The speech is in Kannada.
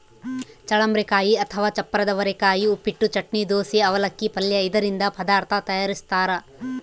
ಚಳ್ಳಂಬರೆಕಾಯಿ ಅಥವಾ ಚಪ್ಪರದವರೆಕಾಯಿ ಉಪ್ಪಿಟ್ಟು, ಚಟ್ನಿ, ದೋಸೆ, ಅವಲಕ್ಕಿ, ಪಲ್ಯ ಇದರಿಂದ ಪದಾರ್ಥ ತಯಾರಿಸ್ತಾರ